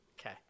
Okay